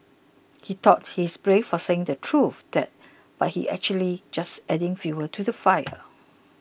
he thought he's brave for saying the truth but he's actually just adding fuel to the fire